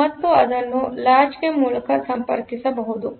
ಮತ್ತು ಅದನ್ನು ಲಾಚ್ ಮೂಲಕ ಸಂಪರ್ಕಿಸಬಹುದು